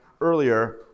earlier